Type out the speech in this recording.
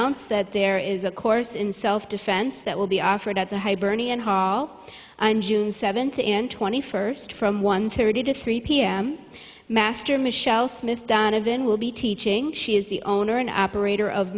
announce that there is a course in self defense that will be offered at the hibernian hall in june seventh in twenty first from one thirty to three p m master michelle smith donovan will be teaching she is the owner and operator of